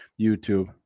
YouTube